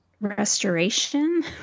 restoration